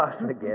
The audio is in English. again